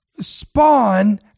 spawn